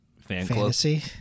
Fantasy